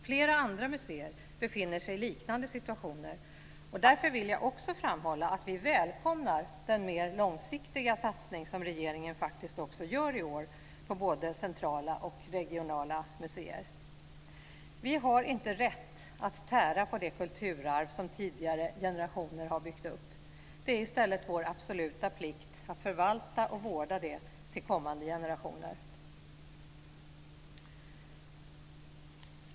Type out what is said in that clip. Flera andra museer befinner sig i liknande situationer. Därför vill jag också framhålla att vi välkomnar den mer långsiktiga satsning som regeringen faktiskt också gör i år på både centrala och regionala museer. Vi har inte rätt att tära på det kulturarv som tidigare generationer har byggt upp. Det är i stället vår absoluta plikt att förvalta och vårda det till kommande generationer.